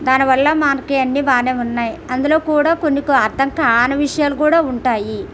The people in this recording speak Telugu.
దానివల్ల మనకి అన్నీ బాగా ఉన్నాయి అందులో కూడా కొన్ని అర్థం కాని విషయాలు కూడా ఉంటాయి